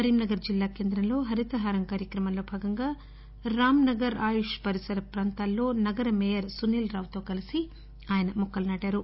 కరీంనగర్ జిల్లా కేంద్రం లో హరితహారం కార్యక్రమం లో భాగంగా రాంనగర్ ఆయుష్ పరిసర ప్రాంతాల్లో నగర మేయర్ సునీల్ రావు తో కలిసి మొక్కలు నాటారు